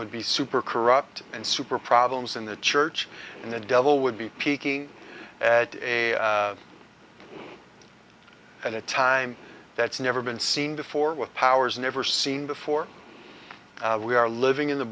would be super corrupt and super problems in the church in the devil would be peaking at a and a time that's never been seen before with powers never seen before we are living